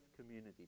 community